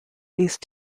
these